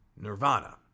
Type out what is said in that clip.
nirvana